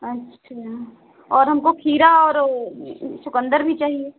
अच्छा और हमको खीरा और वो चुकन्दर भी चाहिए